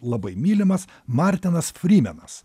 labai mylimas martinas frymenas